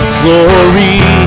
glory